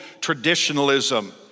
traditionalism